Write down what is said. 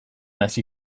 hasi